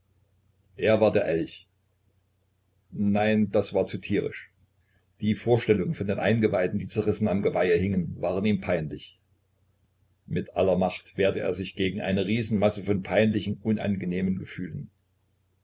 er war der elch nein das war zu tierisch die vorstellung von den eingeweiden die zerrissen am geweihe hingen war ihm peinlich mit aller macht wehrte er sich gegen eine riesenmasse von peinlichen unangenehmen gefühlen